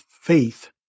faith